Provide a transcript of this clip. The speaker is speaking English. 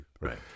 Right